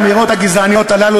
האמירות הגזעניות הללו,